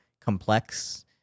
complex